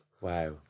Wow